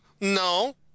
No